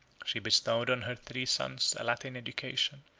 she bestowed on her three sons a latin education,